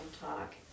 talk